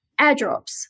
airdrops